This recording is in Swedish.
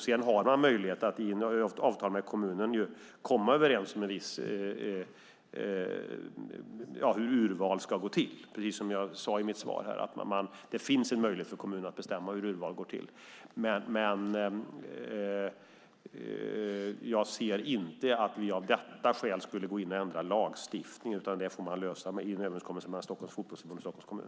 Man har ju möjlighet att med kommunen komma överens om hur urval ska gå till. Som jag sade finns det en möjlighet för kommunerna att bestämma detta. Jag ser dock inte att vi av detta skäl skulle gå in och ändra lagstiftningen. Detta får man lösa i en överenskommelse mellan Stockholms Fotbollförbund och Stockholms kommun.